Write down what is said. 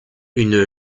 une